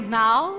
now